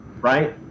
right